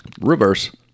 Reverse